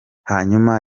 hanyuma